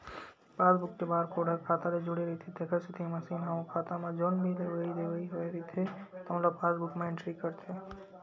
passbook के barcode ह खाता ले जुड़े रहिथे तेखर सेती मसीन ह ओ खाता म जउन भी लेवइ देवइ होए रहिथे तउन ल पासबूक म एंटरी करथे